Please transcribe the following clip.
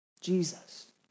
Jesus